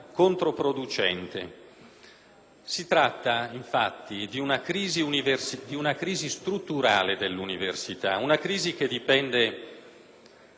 si tratta infatti di una crisi strutturale dell'università, una crisi che dipende non